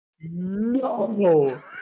No